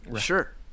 sure